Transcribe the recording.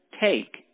Take